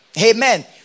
Amen